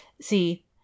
see